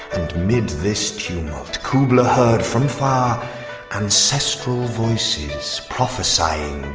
and mid this tumult kubla heard from far ancestral voices prophesying